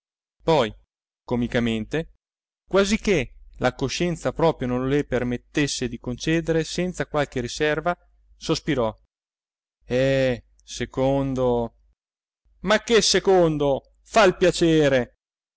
un giudizio poi comicamente quasiché la coscienza proprio non le permettesse di concedere senza qualche riserva sospirò eh secondo ma che secondo fa il piacere